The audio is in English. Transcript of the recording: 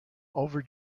over